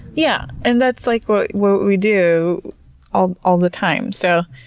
yeah, and that's like what what we do all all the time. so,